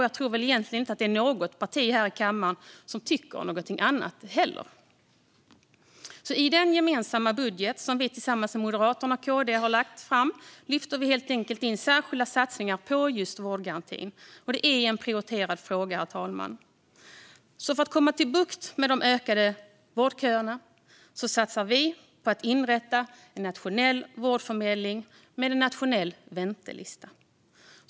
Jag tror väl egentligen inte att det är något parti här i kammaren som tycker något annat heller. I den gemensamma budget som vi lagt fram tillsammans med Moderaterna och KD lyfter vi in särskilda satsningar på just vårdgarantin. Det är en prioriterad fråga, herr talman. För att få bukt med de ökade vårdköerna satsar vi på att inrätta en nationell vårdförmedling med en nationell väntelista.